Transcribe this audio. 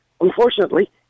unfortunately